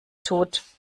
tut